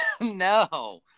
No